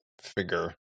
figure